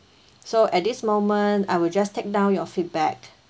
so at this moment I will just take down your feedback